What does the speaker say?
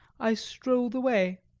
i strolled away.